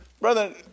Brother